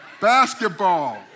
Basketball